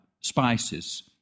spices